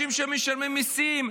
אנשים שמשלמים מיסים,